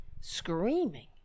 screaming